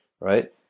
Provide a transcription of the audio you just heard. right